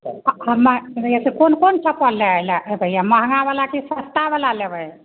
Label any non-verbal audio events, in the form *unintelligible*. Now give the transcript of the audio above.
*unintelligible* नहिए तऽ कोन कोन चप्पल लए लए लै कऽ एबै यऽ महँगा बला कि सस्ता बला लेबै